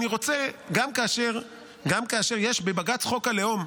יש בבג"ץ את חוק הלאום.